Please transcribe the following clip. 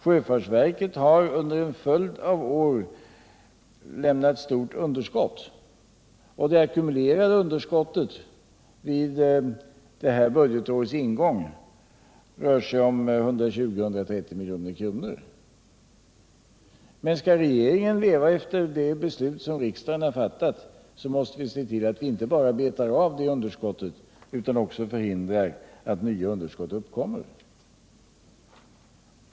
Sjöfarts verket har under en följd av år lämnat stort underskott. Det ackumulerade underskottet vid det här budgetårets ingång rör sig om 120-130 milj.kr. Men skall regeringen leva efter de beslut som riksdagen har fattat, så måste vi se till att vi inte bara betar av det underskottet utan också förhindrar att nya underskott uppkommer.